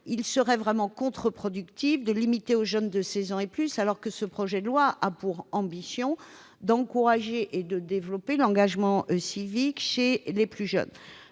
il serait contre-productif de le limiter aux jeunes de seize ans et plus, alors que ce projet de loi a pour ambition d'encourager et de développer l'engagement civique chez les plus jeunes.